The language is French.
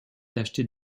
tachetée